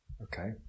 Okay